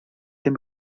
dem